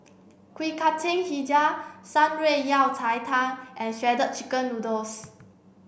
Kuih Kacang Hijau Shan Rui Yao Cai tang and shredded chicken noodles